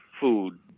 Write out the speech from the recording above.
food